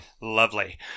Lovely